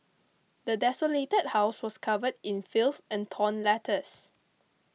the desolated house was covered in filth and torn letters